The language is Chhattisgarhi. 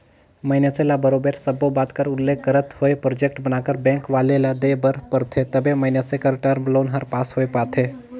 मइनसे ल बरोबर सब्बो बात कर उल्लेख करत होय प्रोजेक्ट बनाकर बेंक वाले ल देय बर परथे तबे मइनसे कर टर्म लोन हर पास होए पाथे